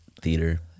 theater